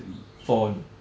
three four